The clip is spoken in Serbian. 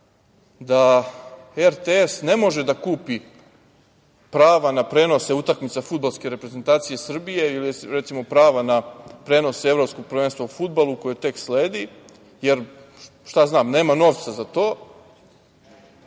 da RTS ne može da kupi prava na prenose utakmice fudbalske reprezentacije Srbije ili, recimo, prava na prenos Evropskog prvenstva u fudbalu koje tek sledi, jer, šta znam, nema novca za to, a